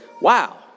Wow